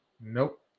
Nope